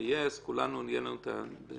ויהיה, אז לכולנו יהיה בניחותא.